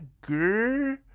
girl